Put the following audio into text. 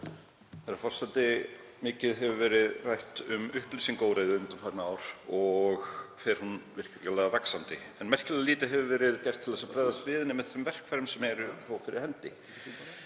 Herra forseti. Mikið hefur verið rætt um upplýsingaóreiðu undanfarin ár og fer hún virkilega vaxandi en merkilega lítið hefur verið gert til að bregðast við henni með þeim verkfærum sem eru þó fyrir hendi.